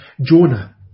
Jonah